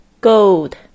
gold